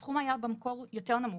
הסכום היה במקור יותר נמוך,